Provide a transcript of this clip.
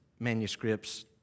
manuscripts